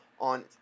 on